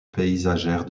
paysagère